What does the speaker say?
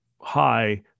high